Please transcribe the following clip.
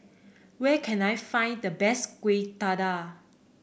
where can I find the best Kueh Dadar